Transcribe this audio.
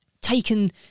taken